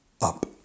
up